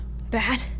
Bad